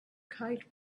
kite